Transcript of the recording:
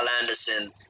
Anderson